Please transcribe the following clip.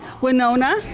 Winona